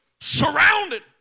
surrounded